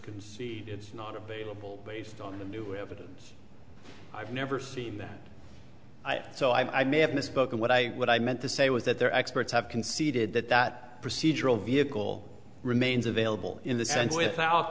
see is not available based on the new evidence i've never seen that so i may have misspoken what i what i meant to say was that their experts have conceded that that procedural vehicle remains available in the sense without